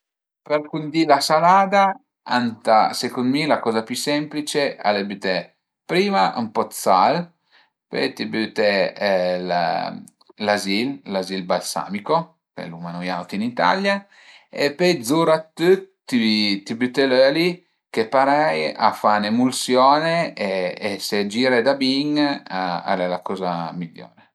Pëu cundì la salada ëntà secund mi la coza pi semplice al e büté prima ën po dë sal, pöi ti büte l'azil, l'azil balsamico che l'uma nui auti ën Italia e pöi zura dë tüt ti büte l'öli che parei a fa ün emulsione e se giri da bin al e la coza migliore